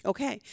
Okay